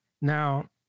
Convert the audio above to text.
Now